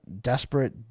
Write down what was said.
desperate